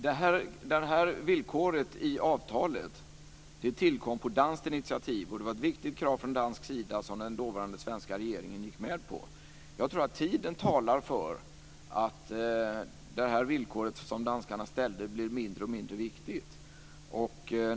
Fru talman! Det här villkoret i avtalet tillkom på danskt initiativ, och det var ett viktigt krav från dansk sida som den dåvarande svenska regeringen gick med på. Jag tror att tiden talar för att det här villkoret som danskarna ställde blir mindre och mindre viktigt.